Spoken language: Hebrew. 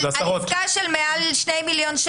תוך שבוע ימים.